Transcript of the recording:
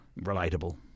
relatable